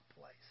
place